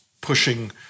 pushing